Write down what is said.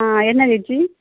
ആ എന്നാ ചേച്ചി